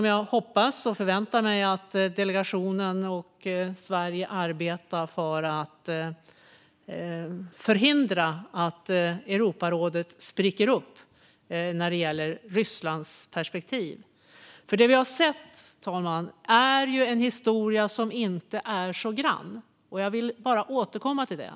Jag hoppas och förväntar mig att delegationen och Sverige arbetar för att förhindra att Europarådet spricker upp när det gäller Rysslandsperspektivet. Vi har nämligen sett en historia som inte är så grann, herr talman. Jag vill återkomma till det.